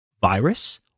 virus